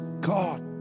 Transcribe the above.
God